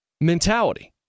mentality